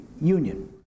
union